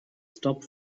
stop